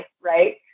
right